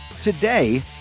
Today